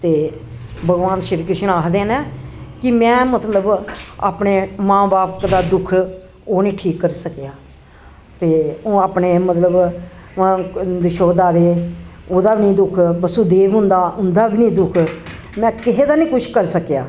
ते भगवान श्री कृष्ण आखदे न कि में मतलब अपने मां बाप दा दुख ओह् निं ठीक करी सकेआ ते ओह् अपने मतलव यशोधा दे ओह्दा बी निं दुख बसुदेव हुंदा उंदा बी निं दुख में किहें दा निं कुछ करी सकेआ